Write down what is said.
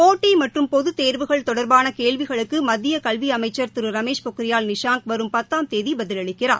போட்டி மற்றும் பொதுத் தேர்வுகள் தொடர்பான கேள்விகளுக்கு மத்திய கல்வி அமைச்சர் திரு ரமேஷ் பொன்ரியால் நிஷாங் வரும் பத்தாம் தேதி பதிலளிக்கிறார்